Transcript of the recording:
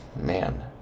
Man